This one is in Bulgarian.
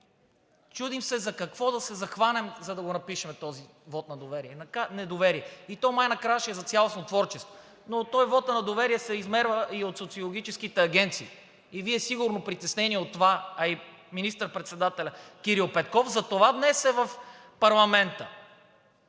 Чудим се за какво да се захванем, за да напишем този вот на недоверие. И то май накрая ще е за цялостно творчество. Но той, вотът на доверие, се измерва и от социологическите агенции и Вие сигурно сте притеснени от това, а и министър-председателят Кирил Петков затова днес е в парламента